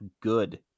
good